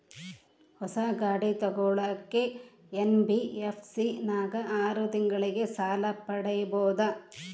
ಹೊಸ ಗಾಡಿ ತೋಗೊಳಕ್ಕೆ ಎನ್.ಬಿ.ಎಫ್.ಸಿ ನಾಗ ಆರು ತಿಂಗಳಿಗೆ ಸಾಲ ಪಡೇಬೋದ?